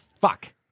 fuck